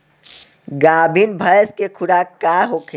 गाभिन भैंस के खुराक का होखे?